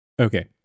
Okay